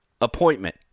appointment